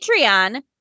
Patreon